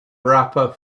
rapper